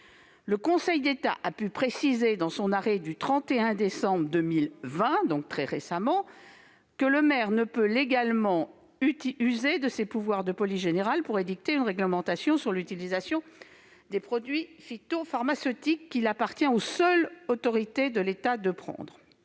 Le Conseil d'État a précisé dans son arrêt du 31 décembre 2020, c'est-à-dire très récemment, que le maire ne peut légalement user de ses pouvoirs de police générale pour édicter une réglementation sur l'utilisation des produits phytopharmaceutiques, qu'il appartient aux seules autorités de l'État de prendre.